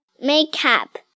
makeup